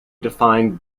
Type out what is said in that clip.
defined